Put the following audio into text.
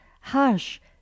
hush